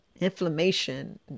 inflammation